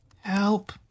Help